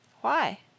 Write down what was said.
Why